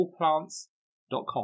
allplants.com